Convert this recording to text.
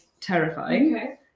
terrifying